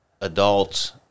adults